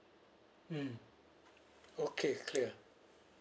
mm okay clear